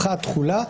1. תחולה.